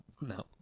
no